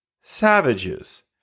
savages